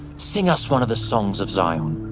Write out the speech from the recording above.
sing us one of the songs of zion.